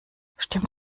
stimmt